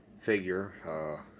figure